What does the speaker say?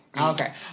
Okay